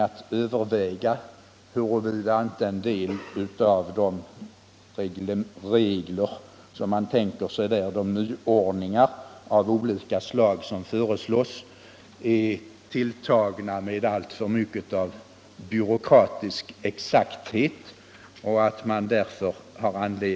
Det finns anledning att också här överväga huruvida inte en del av de nyordningar av olika slag som föreslås präglas av ett alltför stort mått av byråkratiskt tänkande.